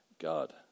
God